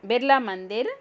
Birla Mandir